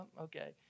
okay